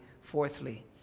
fourthly